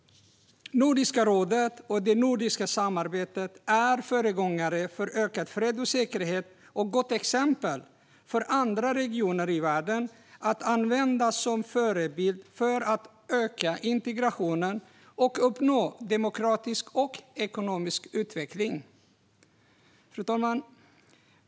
Nordiska rådet och det nordiska samarbetet är föregångare för ökad fred och säkerhet och ett gott exempel för andra regioner i världen att ha som förebild när det gäller att öka integrationen och uppnå demokratisk och ekonomisk utveckling. Fru talman!